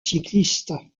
cycliste